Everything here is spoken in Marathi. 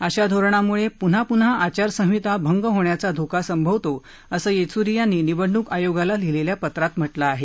अशा धोरणाम्ळे प्न्हा आचारसंहिता भंग होण्याचा धोका संभवतो अस येच्री यांनी निवडणूक आयोगाला लिहिलेल्या पत्रात म्हटलं आहे